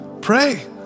pray